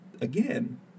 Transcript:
again